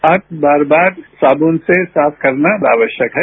हाथ बार बार साबुन से साफ करना आवश्यक है